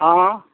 हँ हँ